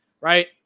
right